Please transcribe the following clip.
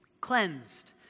cleansed